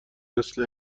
مثل